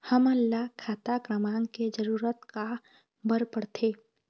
हमन ला खाता क्रमांक के जरूरत का बर पड़थे?